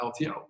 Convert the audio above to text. LTO